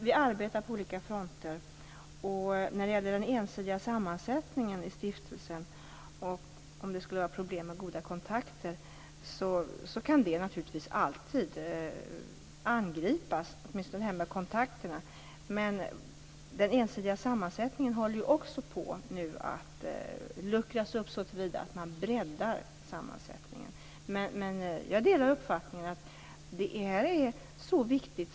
Vi arbetar på olika fronter. Den ensidiga sammansättningen i stiftelsen och problemet med goda kontakter kan naturligtvis alltid angripas, åtminstone kontakterna. Men den ensidiga sammansättningen håller på att luckras upp så till vida att man breddar sammansättningen. Jag delar uppfattningen att det här är viktigt.